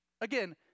Again